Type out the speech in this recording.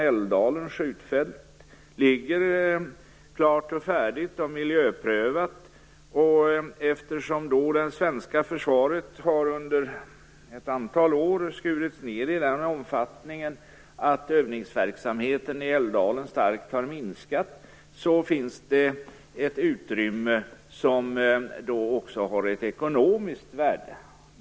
Älvdalens skjutfält ligger klart och färdigt och är miljöprövat. Eftersom det svenska försvaret under ett antal år skurits ned i den omfattningen att övningsverksamheten i Älvdalen starkt har minskat, finns det ett utrymme som också har ett ekonomiskt värde.